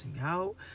Out